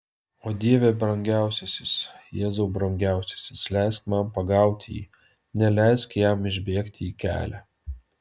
o dieve brangiausiasis jėzau brangiausiasis leisk man pagauti jį neleisk jam išbėgti į kelią